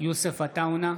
יוסף עטאונה,